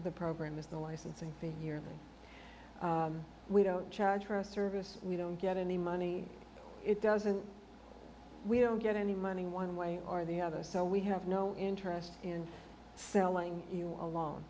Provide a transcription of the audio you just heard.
the program is the licensing fee here we don't charge for a service we don't get any money it doesn't we don't get any money one way or the other so we have no interest in selling you a